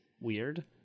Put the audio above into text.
weird